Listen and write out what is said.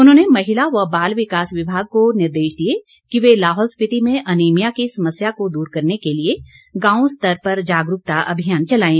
उन्होंने महिला व बाल विकास विभाग को निर्देश दिए कि वे लाहौल स्पिति में अनीमिया की समस्या को दूर करने के लिए गांव स्तर पर जागरूकता अभियान चलाएं